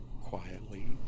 quietly